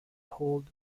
hold